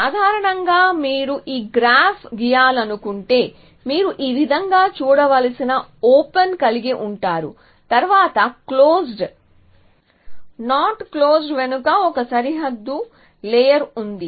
సాధారణంగా మీరు ఈ గ్రాఫ్ గీయాలనుకుంటే మీరు ఈ విధంగా చూడవలసిన ఓపెన్ని కలిగి ఉంటారు తరువాత క్లోజ్డ్ నాట్ క్లోజ్డ్ వెనుక ఒక సరిహద్దు లేయర్ ఉంది